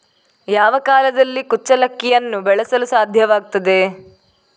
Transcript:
ಯಾವ ಕಾಲದಲ್ಲಿ ಕುಚ್ಚಲಕ್ಕಿಯನ್ನು ಬೆಳೆಸಲು ಸಾಧ್ಯವಾಗ್ತದೆ?